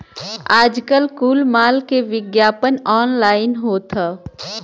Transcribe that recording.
आजकल कुल माल के विग्यापन ऑनलाइन होत हौ